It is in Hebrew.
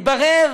התברר,